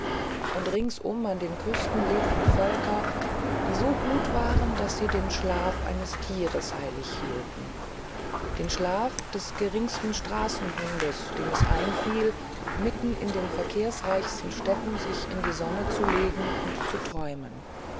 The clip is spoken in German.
und ringsum an den küsten lebten völker die so gut waren daß sie den schlaf eines tieres heilig hielten den schlaf des geringsten straßenhundes dem es einfiel mitten in den verkehrsreichsten städten sich in die sonne zu legen und zu träumen